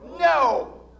No